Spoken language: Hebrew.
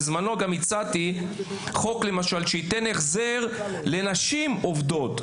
בזמנו גם הצעתי חוק שייתן החזר לנשים עובדות,